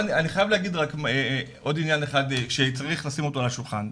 אני חייב להגיד רק עוד עניין אחד שצריך לשים אותו על השולחן.